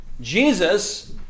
Jesus